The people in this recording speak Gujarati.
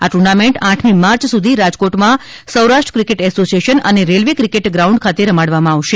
આ ટુર્નામેન્ટ આઠમી માર્ચ સુધી રાજકોટમાં સૌરાષ્ર્આ ક્રિકેટ એસોસીએશન અને રેલવે ક્રિકેટ ગ્રાઉન્ડ ખાતે રમાડવામાં આવશે